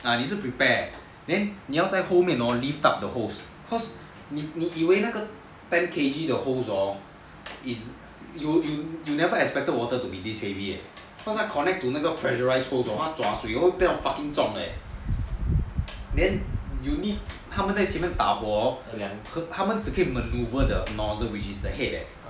ah 你是 prepare then 你要在后面 hor lift up the hose cause 你以为那个 ten kilograms hose hor you never expected water to be this heavy cause 他 connect to 那个 pressurised hose hor 他转水 hor 会变成 fucking 重 eh then 他们在前面打火 hor 他们只可以 maneuver the amount of fire which is ahead leh